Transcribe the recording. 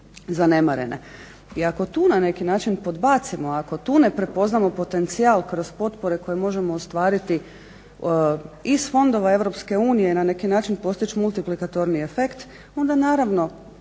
I ako tu na neki način podbacimo i ako tu ne prepoznamo potencijal kroz potpore koje možemo ostvariti iz fondova EU i na neki način postići mulitiplikatorni efekt onda naravno